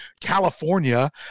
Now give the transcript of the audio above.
California